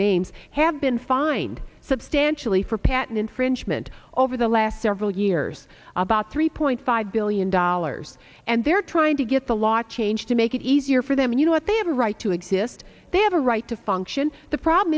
names have been fined substantially for patent infringement over the last several years about three point five billion dollars and they're trying to get the law changed to make it easier for them you know if they have a right to exist they have a right to function the problem